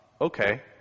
Okay